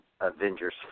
Avengers